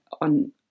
on